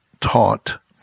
taught